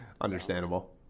Understandable